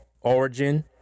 origin